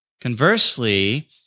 Conversely